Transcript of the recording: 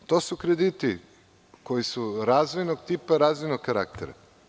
To su krediti koji su razvojnog tipa, razvojnog karaktera.